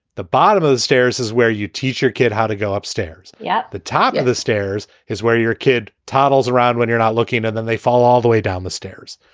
the bottom of the stairs is where you teach your kid how to go upstairs. at yeah the top of the stairs is where your kid toddles around. when you're not looking at them, they fall all the way down the stairs.